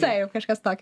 taip kažkas tokio